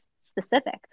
specific